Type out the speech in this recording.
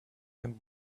and